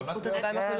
פה אחד.